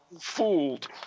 fooled